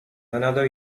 another